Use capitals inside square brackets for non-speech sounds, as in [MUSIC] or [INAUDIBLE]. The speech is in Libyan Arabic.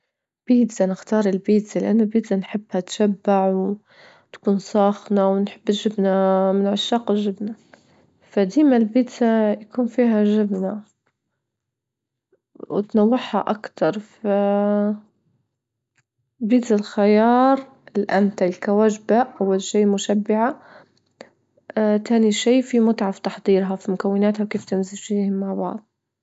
بيتزا، نختار البيتزا لأنه البيتزا نحبها، تشبع وتكون ساخنة، ونحب الجبنة من عشاق الجبنة، فديما البيتزا يكون فيها جبنة [NOISE] وتنوعها أكتر، ف [HESITATION] بيتزا الخيار الأمتل كوجبة أول شي مشبعة [HESITATION] تاني شي في متعة في تحضيرها، في مكوناتها، كيف [NOISE] تمزجيهم مع بعض.